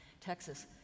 Texas